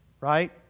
Right